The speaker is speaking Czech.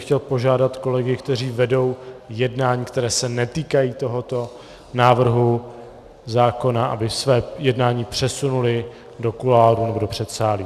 Chtěl bych požádat kolegy, kteří vedou jednání, která se netýkají tohoto návrhu zákona, aby svá jednání přesunuli do kuloárů nebo do předsálí.